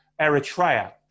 Eritrea